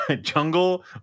jungle